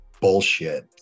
bullshit